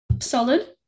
Solid